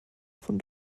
von